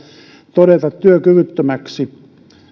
todeta työkyvyttömäksi